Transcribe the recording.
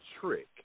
trick